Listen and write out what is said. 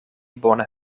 bone